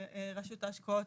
רשות ההשקעות,